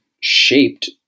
shaped